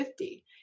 50